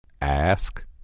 Ask